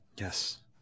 Yes